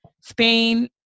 Spain